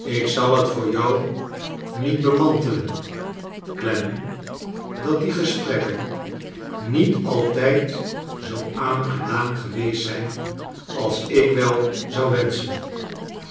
ik zal het voor jou niet bemantelen clennam dat die gesprekken niet altijd zoo aangenaam geweest zijn als ik wel zou wenschen